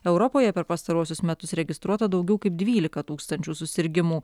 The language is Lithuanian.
europoje per pastaruosius metus registruota daugiau kaip dvylika tūkstančių susirgimų